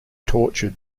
tortured